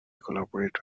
collaborate